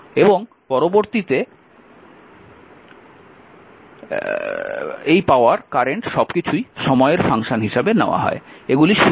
এবং পরবর্তীতে এই পাওয়ার কারেন্ট সবকিছুই সময়ের ফাংশন হিসাবে নেওয়া হয়